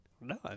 No